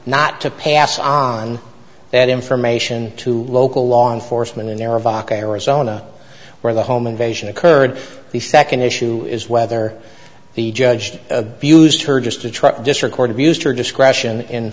not to pass on that information to local law enforcement in their vok arizona where the home invasion occurred the second issue is whether the judge abused her just to try to just record abused her discretion in